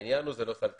העניין הוא לא סל קליטה.